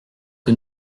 que